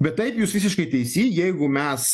bet taip jūs visiškai teisi jeigu mes